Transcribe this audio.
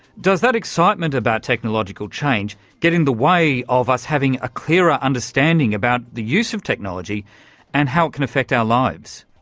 does that excitement about technological change get in the way of us having a clearer understanding about the use of technology and how it can affect our lives?